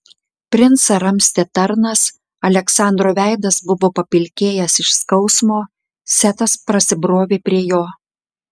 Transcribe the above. princą ramstė tarnas aleksandro veidas buvo papilkėjęs iš skausmo setas prasibrovė prie jo